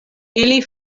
ili